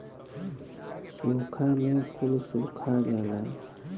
सूखा में कुल सुखा जाला